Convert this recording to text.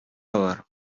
алар